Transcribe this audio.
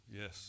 Yes